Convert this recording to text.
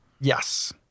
Yes